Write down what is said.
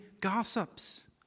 gossips